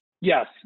Yes